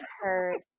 hurt